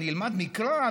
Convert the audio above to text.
אני אלמד מקרא,